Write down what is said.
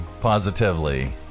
positively